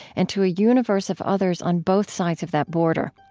and to a universe of others on both sides of that border.